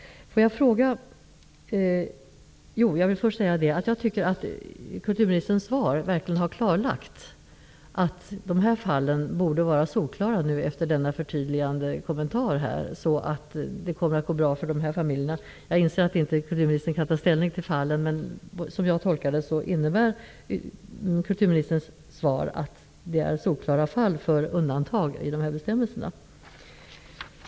Kulturministern har efter denna förtydligande kommentar klarlagt att dessa fall borde vara solklara och att det då kommer att gå bra för dessa familjer. Jag inser att kulturministern inte kan ta ställning till de enskilda fallen, men som jag tolkar kulturministerns svar är det solklart att man i dessa fall skall göra undantag i bestämmelserna.